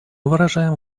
выражаем